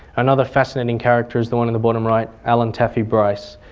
another fascinating character is the one in the bottom right, alan taffy brice,